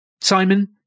Simon